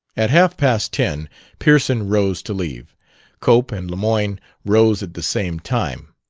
at half past ten pearson rose to leave cope and lemoyne rose at the same time.